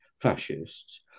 fascists